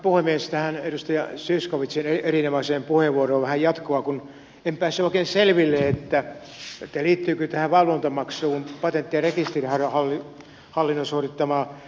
tähän edustaja zyskowiczin erinomaiseen puheenvuoroon vähän jatkoa kun en päässyt oikein selville että liittyykö tähän valvontamaksuun patentti ja rekisterihallinnon suorittamaa tilintarkastuksellista valvontaa eli revisiota